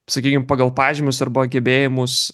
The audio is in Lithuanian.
sakykim pagal pažymius arba gebėjimus